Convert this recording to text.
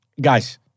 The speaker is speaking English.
Guys